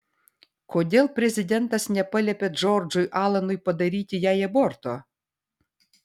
kodėl prezidentas nepaliepė džordžui alanui padaryti jai aborto